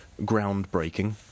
groundbreaking